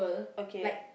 okay